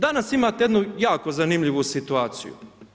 Danas imate jednu jako zanimljivu situaciju.